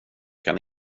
kan